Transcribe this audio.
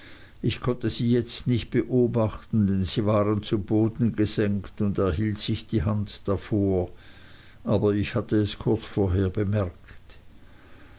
ich konnte sie jetzt nicht beobachten denn sie waren zu boden gesenkt und er hielt sich die hand davor aber ich hatte es kurz vorher bemerkt